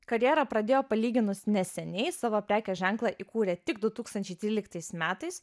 karjerą pradėjo palyginus neseniai savo prekės ženklą įkūrė tik du tūkstančiai tryliktais metais